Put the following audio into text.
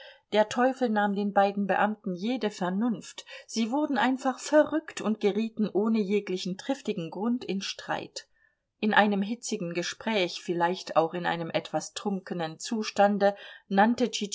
der teufel nahm den beiden beamten jede vernunft sie wurden einfach verrückt und gerieten ohne jeglichen triftigen grund in streit in einem hitzigen gespräch vielleicht auch in einem etwas trunkenen zustande nannte